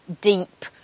deep